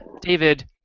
David